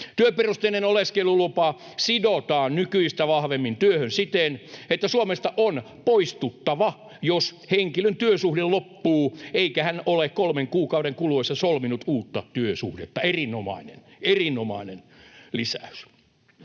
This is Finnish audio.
Työperusteinen oleskelulupa sidotaan nykyistä vahvemmin työhön siten, että Suomesta on poistuttava, jos henkilön työsuhde loppuu, eikä hän ole kolmen kuukauden kuluessa solminut uutta työsuhdetta — erinomainen,